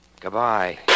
Goodbye